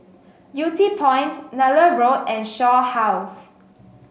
Yew Tee Point Nallur Road and Shaw House